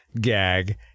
Gag